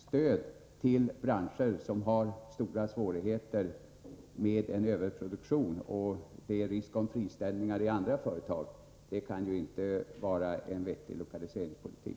Stöd till företag i branscher som har stora svårigheter med överproduktion, och där det finns risk för friställningar i andra företag, kan inte vara en vettig lokaliseringspolitik.